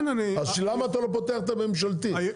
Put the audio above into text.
למה אתה לא פותח את הממשלתי,